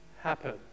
happen